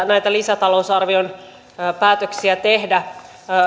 näitä lisätalousarvion päätöksiä tehdä